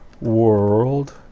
world